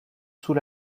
sous